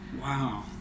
Wow